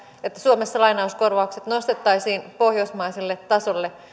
suomessa lainauskorvaukset nostettaisiin pohjoismaiselle tasolle